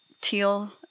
teal